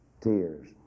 Tears